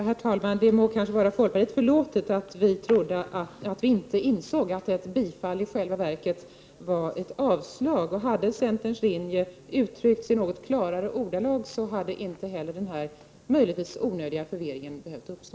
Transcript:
Herr talman! Det må vara oss i folkpartiet förlåtet att vi inte insåg att ett bifall här i själva verket innebar ett avslag. Om centerns linje hade uttryckts i något tydligare ordalag, skulle inte denna onödiga förvirring ha behövt uppstå.